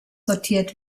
sortiert